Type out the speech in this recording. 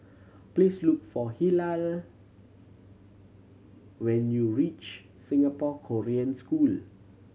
please look for Hilah when you reach Singapore Korean School